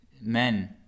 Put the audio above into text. men